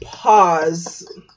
Pause